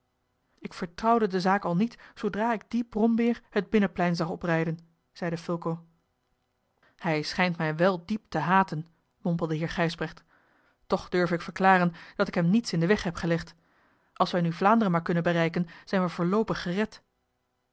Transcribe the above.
ik vertrouwde de zaak al niet zoodra ik dien brombeer het binnenplein zag oprijden zeide fulco hij schijnt mij wel diep te haten mompelde heer gijsbrecht toch durf ik verklaren dat ik hem niets in den weg heb gelegd als wij nu vlaanderen maar kunnen bereiken zijn we voorloopig gered